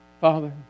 Father